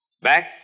back